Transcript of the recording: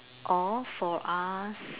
or for us